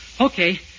Okay